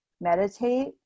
meditate